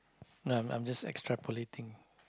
no I'm I'm just extrapolating